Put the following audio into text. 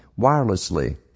Wirelessly